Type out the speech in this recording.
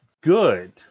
good